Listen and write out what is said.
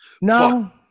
No